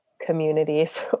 communities